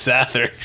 Sather